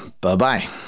Bye-bye